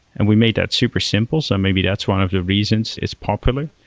and we made that super simple. so maybe that's one of the reasons it's popular.